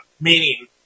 meaning